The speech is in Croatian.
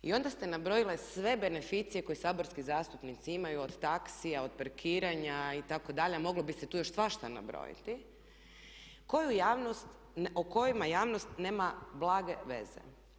I onda ste nabrojili sve beneficije koje saborski zastupnici imaju od taksija, od parkiranja itd. a moglo bi se tu još svašta nabrojiti o kojima javnost nema blage veze.